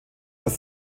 das